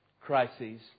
crises